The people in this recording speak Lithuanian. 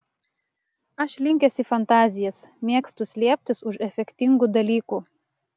aš linkęs į fantazijas mėgstu slėptis už efektingų dalykų